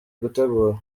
gutegura